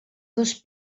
dos